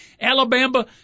Alabama